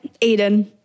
Aiden